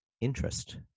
interest